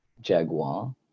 Jaguar